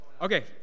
Okay